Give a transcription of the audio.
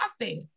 process